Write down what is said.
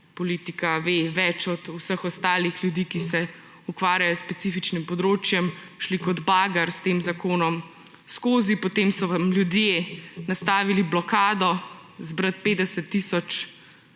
politika ve več od vseh ostalih ljudi, ki se ukvarjajo s specifičnim področjem. Šli ste kot bager s tem zakonom skozi, potem so vam ljudje nastavili blokado. Zbrati 50 tisoč